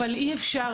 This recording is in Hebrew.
כן, אבל אי אפשר